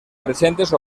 presentes